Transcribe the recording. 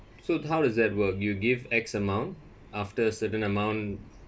so to how does that work you give X amount after certain amount